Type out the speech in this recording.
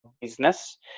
business